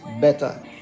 better